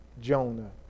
Jonah